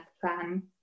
plan